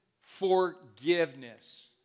forgiveness